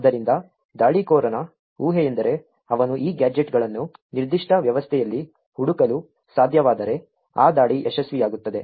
ಆದ್ದರಿಂದ ದಾಳಿಕೋರನ ಊಹೆಯೆಂದರೆ ಅವನು ಈ ಗ್ಯಾಜೆಟ್ಗಳನ್ನು ನಿರ್ದಿಷ್ಟ ವ್ಯವಸ್ಥೆಯಲ್ಲಿ ಹುಡುಕಲು ಸಾಧ್ಯವಾದರೆ ಆ ದಾಳಿ ಯಶಸ್ವಿಯಾಗುತ್ತದೆ